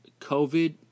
COVID